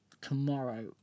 Tomorrow